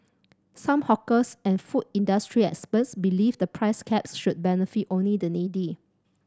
some hawkers and food industry experts believe the price caps should benefit only the needy